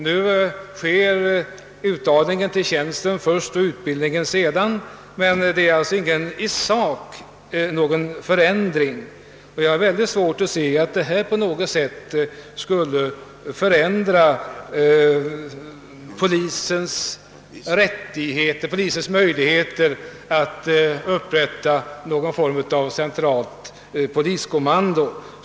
Nu skall uttagningen till tjänsterna ske först och utbildningen sedan, men i sak har det inte blivit någon förändring. Jag har därför mycket svårt att förstå, att den föreslagna åtgärden på något sätt skulle öka polisens möjligheter att upprätta en form av centralt poliskommando.